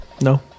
No